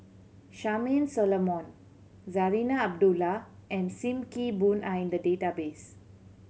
Charmaine Solomon Zarinah Abdullah and Sim Kee Boon are in the database